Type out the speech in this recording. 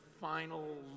final